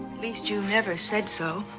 least you never said so.